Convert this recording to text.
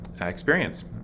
experience